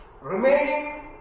remaining